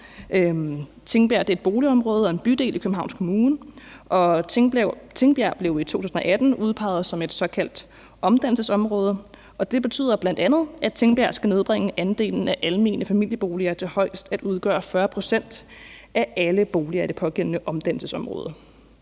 Tingbjerg er et boligområde og en bydel i Københavns Kommune, og Tingbjerg blev i 2018 udpeget som et såkaldt omdannelsesområde, og det betyder bl.a., at Tingbjerg skal nedbringe andelen af almene familieboliger til højst at udgøre 40 pct. af alle boliger i det pågældende omdannelsesområde.